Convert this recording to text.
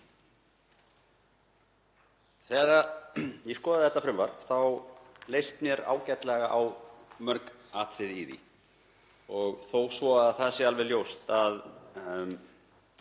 Þegar ég skoðaði þetta frumvarp þá leist mér ágætlega á mörg atriði í því og þó svo að það sé alveg ljóst að